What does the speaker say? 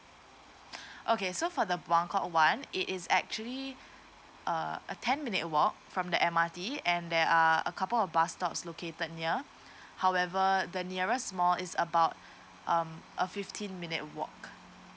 okay so for the buangkok one it is actually uh a ten minute walk from the M_R_T and there are a couple of bus stops located near however the nearest mall is about um a fifteen minute walk